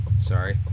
sorry